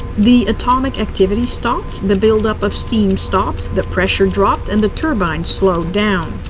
the atomic activity stopped, the build-up of steam stopped, the pressure dropped, and the turbines slowed down.